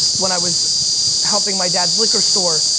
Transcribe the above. when i was helping my dad's liquor store,